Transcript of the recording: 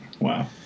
Wow